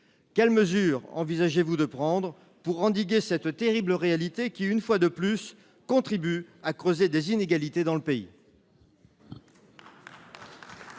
Quelles mesures envisagez vous de prendre pour endiguer ce terrible phénomène qui, une fois de plus, contribue à creuser des inégalités dans le pays ?